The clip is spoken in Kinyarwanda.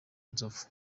nzovu